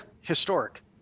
Historic